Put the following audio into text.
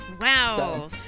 Wow